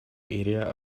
area